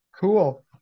Cool